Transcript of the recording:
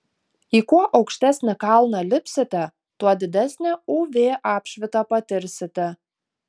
į kuo aukštesnį kalną lipsite tuo didesnę uv apšvitą patirsite